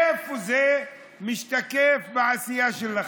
איפה זה משתקף בעשייה שלכם?